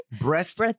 breast